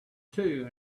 two